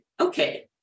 okay